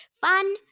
Fun